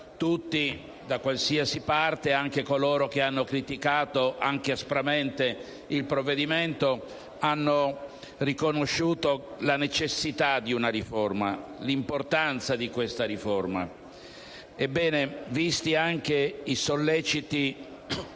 Tutti, da qualsiasi parte, anche coloro che hanno criticato aspramente il provvedimento, hanno riconosciuto la necessità e l'importanza di una riforma. Ebbene, visti anche i solleciti